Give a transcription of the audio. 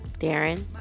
Darren